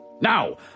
Now